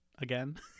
again